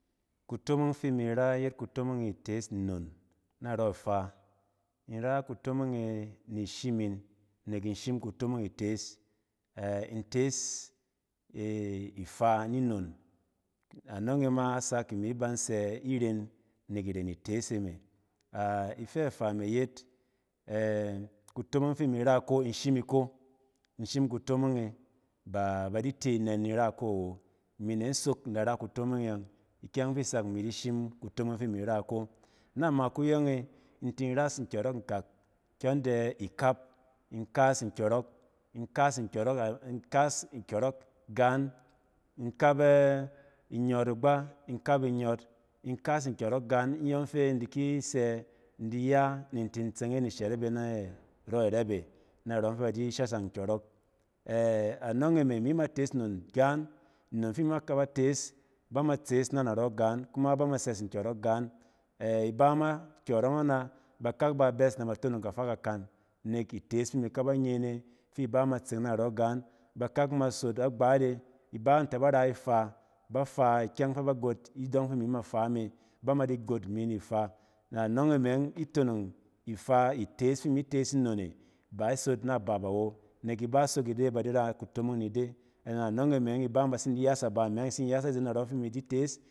Kutomong fi im ra yet kutomong itees nnon narↄ ifaa. In ra kutomong e ni shim in nek in shim kutomong itees. ɛ in tees e-ifa ninon, anↄng e ma sak imi ban sɛ iren nek irẻn itees e me. A-ifɛ faa me yet, ɛ-kutomong ↄng fi mi ra ko, in shim iko. In shim kutomong e b aba di te nɛn ni in ra ko awo. Imi ne in sok in da ra kutomong e yↄng. Ikyɛng ↄng fi sak imi di shim kutomong ↄng fi mi ra ko. Na ma kuyↄng e, in tin ras nkyↄrↄk in kak kyↄn de ikap. In kas nkyↄrↄk, in kas nkyↄrↄk in kas nkyↄrↄk gaan. In kap ɛ-inyↄr igba, in yↄng fi in di ki sɛ in di ya ni in tin tseng e ni ishɛrɛp e narↄɛ irɛp e narↄng fɛ ba di shashang nkyↄrↄk. ɛ-anↄng e me imi matees nnon gaan nnon fi mi ma kaba tees ba ma tsees na naↄ gaan kuma ba ma sɛs nkyↄrↄk gaan. ɛ-iba ma kyↄrↄng ana, bakak ba bɛs na ba tonong kafa kakan nek itees fi imi kaba nye ne fi iba ma tseng narↄ gaan. Bakak ma sot agbat e, iba tɛ bar a ifaa ba faa ikyɛng fɛ ba got idↄng fi mi ma faa me. Ba mi di got imi ni ifaa. Na anↄng e meng itonong ifaa, itees fi mi tees nnon e ba isot na bap awo nek iba sok ide ba di ra kutomong ni de na anↄng e meng ibang ba tsin diyas aba imi ↄng in tsin ili yas aze narↄng fi imi di tees.